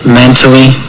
mentally